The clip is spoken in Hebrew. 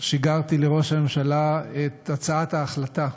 שיגרתי לראש הממשלה את הצעת ההחלטה,